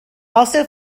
also